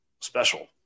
special